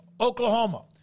Oklahoma